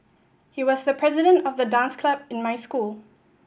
he was the president of the dance club in my school